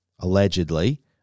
allegedly